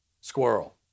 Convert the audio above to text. squirrel